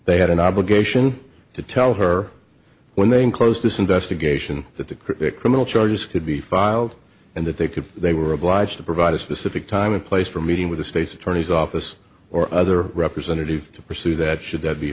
they had an obligation to tell her when they enclosed this investigation that the crew criminal charges could be filed and that they could they were obliged to provide a specific time and place for meeting with the state's attorney's office or other representative to pursue that should that be